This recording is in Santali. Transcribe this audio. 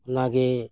ᱚᱱᱟ ᱜᱮ